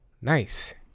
nice